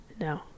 No